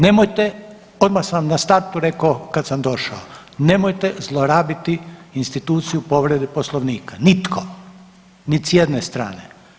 Nemojte odmah sam vam na startu rekao kad sam došao, nemojte zlorabiti instituciju povrede Poslovnika, nitko, niti s jedne strane.